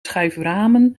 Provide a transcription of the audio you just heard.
schuiframen